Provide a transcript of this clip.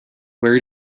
where